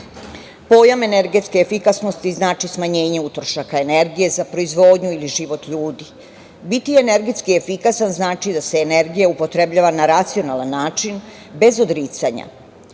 energetske efikasnosti znači smanjenje utrošaka energije za proizvodnju ili život ljudi. Biti energetski efikasan znači da se energija upotrebljava na racionalan način, bez odricanja.